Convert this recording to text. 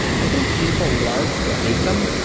i think people love to hate them,